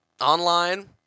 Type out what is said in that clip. online